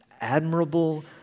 admirable